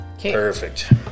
Perfect